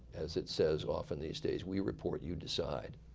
as it says often these days, we report. you decide.